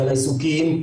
ועל העיסוקים,